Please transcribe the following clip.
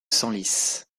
senlis